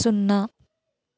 సున్నా